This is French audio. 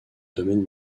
domaine